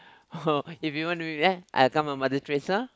[ho] if you want to do it ah come ah Mother-Teresa